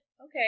Okay